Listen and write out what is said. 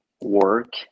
work